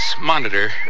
monitor